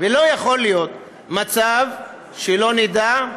ולא יכול להיות מצב שלא נדע,